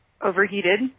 overheated